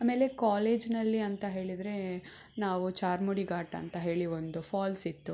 ಆಮೇಲೆ ಕಾಲೇಜ್ನಲ್ಲಿ ಅಂತ ಹೇಳಿದರೆ ನಾವು ಚಾರ್ಮಾಡಿ ಗಾಟ್ ಅಂತ ಹೇಳಿ ಒಂದು ಫಾಲ್ಸ್ ಇತ್ತು